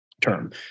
term